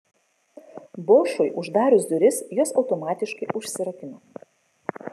bošui uždarius duris jos automatiškai užsirakino